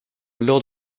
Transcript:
lors